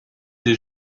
des